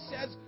says